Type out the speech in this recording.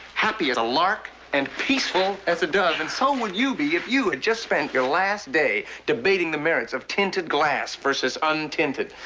happy as a lark, and peaceful as a dove. and so would you be, if you had just spent your last day debating the merits of tinted glass versus untinted.